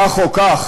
כך או כך,